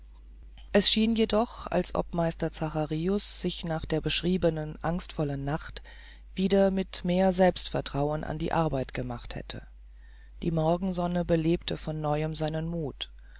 es schien jedoch als ob meister zacharius sich nach der beschriebenen angstvollen nacht wieder mit mehr selbstvertrauen an die arbeit gemacht hätte die morgensonne belebte von neuem seinen muth